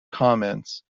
comments